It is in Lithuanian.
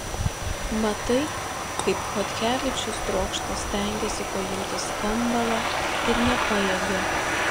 matai kaip chodkevičius trokšta stengiasi paimti skambalą ir nepajėgia